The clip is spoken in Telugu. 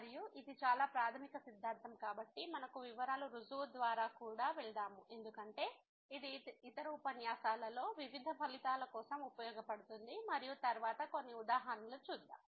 మరియు ఇది చాలా ప్రాథమిక సిద్ధాంతం కాబట్టి మనము వివరాలు రుజువు ద్వారా కూడా వెళ్దాము ఎందుకంటే ఇది ఇతర ఉపన్యాసాలలో వివిధ ఫలితాల కోసం ఉపయోగించబడుతుంది మరియు తరువాత కొన్ని ఉదాహరణలు చూద్దాం